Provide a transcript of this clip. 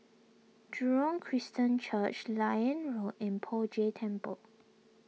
Jurong Christian Church Liane Road and Poh Jay Temple